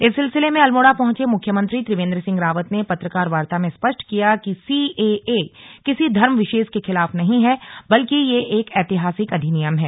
इस सिलसिले में अल्मोड़ा पहुंचे मुख्यमंत्री त्रिवेंद्र सिंह रावत ने पत्रकार वार्ता में स्पष्ट किया कि सीएए किसी धर्म विशेष के खिलाफ नहीं है बल्कि यह एक ऐतिहासिक अधिनियम है